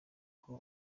uko